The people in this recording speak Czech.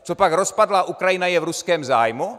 Copak rozpadlá Ukrajina je v ruském zájmu?